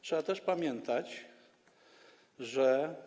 Trzeba też pamiętać, że.